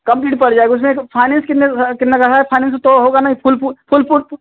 complete पड़ जाएगा उसमें एक फाइनैन्स कितने कितने का है फाइनैन्स तो होगा नहीं फुलपुर फुलपुर्प